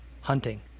hunting